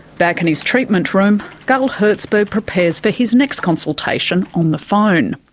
back in his treatment room, gull herzberg prepares for his next consultation on the phone.